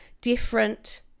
different